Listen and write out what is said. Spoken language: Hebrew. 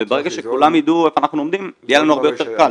וברגע שכולם ידעו איפה אנחנו עומדים יהיה לנו הרבה יותר קל.